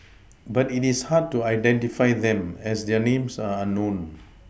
but it is hard to identify them as their names are unknown